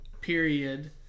period